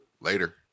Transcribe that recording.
later